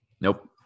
Nope